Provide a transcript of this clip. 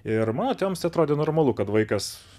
ir mano tėvams tai atrodė normalu kad vaikas